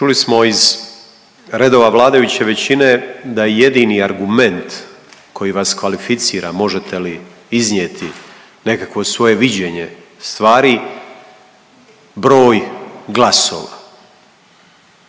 Čuli smo iz redova vladajuće većine da je jedini argument koji vas kvalificira možete li iznijeti nekakvo svoje viđenje stvari broj glasova.